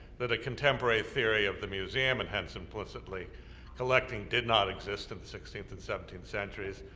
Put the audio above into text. that a contemporary theory of the museum, and hence implicitly collecting, did not exist in the sixteenth and seventeenth centuries,